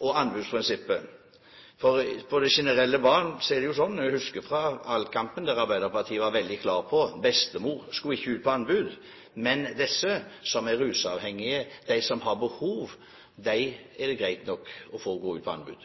og i anbudsprinsippet. For på det generelle plan er det jo sånn – jeg husker fra valgkampen der Arbeiderpartiet var veldig klar på at bestemor ikke skulle ut på anbud – at de som er rusavhengige, de som har behov, er det greit nok å få ut på anbud.